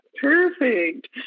perfect